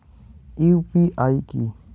UPI কি?